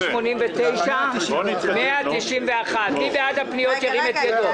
189 191. מי בעד הפניות, ירים את ידו.